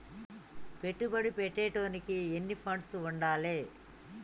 పెట్టుబడి పెట్టేటోనికి ఎన్ని ఫండ్స్ ఉండాలే?